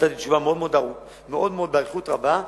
היתה לי תשובה ארוכה מאוד,